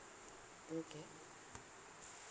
okay